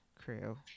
crew